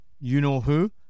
you-know-who